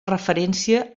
referència